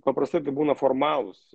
paprastai tai būna formalūs